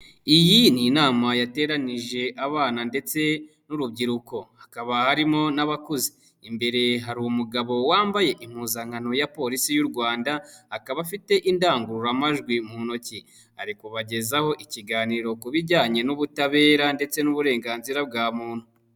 Iyi ni inama yateranyije abana ndetse n'urubyiruko, hakaba harimo n'abakuze, imbere hari umugabo wambaye impuzankano ya polisi y'u Rwanda, akaba afite indangururamajwi mu ntoki ari kubagezaho ikiganiro ku bijyanye n'ubutabera ndetse n'uburenganzira bwa muntu.